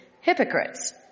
hypocrites